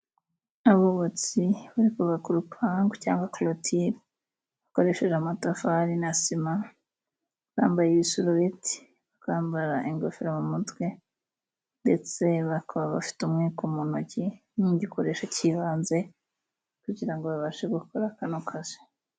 Abubatsi bari kubaka urupagu cyangwa korotire, bakoresheje amatafari na sima, bambaye ibisurubeti, bakambara ingofero mu mutwe, ndetse bakaba bafite umwiko mu ntoki, nk'igikoresho cy'ibanze kugira ngo babashe gukora kano kazi.